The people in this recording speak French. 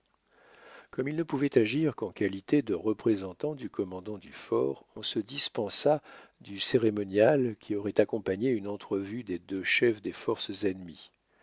comme il ne pouvait agir qu'en qualité de représentant du commandant du fort on se dispensa du cérémonial qui aurait accompagné une entrevue des deux chefs des forces ennemies